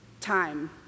time